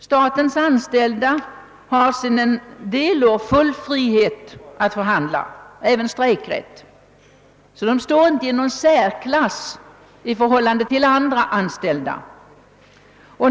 Statens anställda har sedan några år full frihet att förhandla och har även strejkrätt, så de står inte i särklass i förhållande till andra anställda.